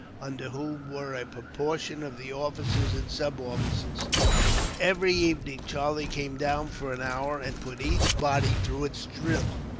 under whom were a proportion of the officers and sub-officers. every evening, charlie came down for an hour, and put each body through its drill,